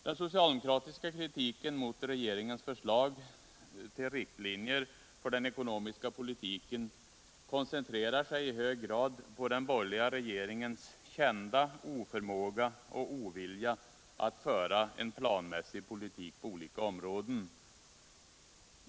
Den socialdemokratiska kritiken mot regeringens förslag till riktlinjer för den ekonomiska politiken koncentrerar sig i hög grad på den borgerliga regeringens kända oförmåga och ovilja att föra en planmässig politik på olika områden.